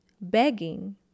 begging